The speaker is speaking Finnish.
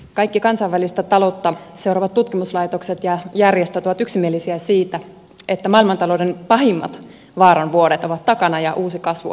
kaikki kansainvälistä taloutta seuraavat tutkimuslaitokset ja järjestöt ovat yksimielisiä siitä että maailmantalouden pahimmat vaaran vuodet ovat takana ja uusi kasvu on orastamassa